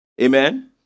Amen